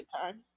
time